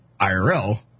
IRL